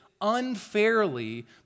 unfairly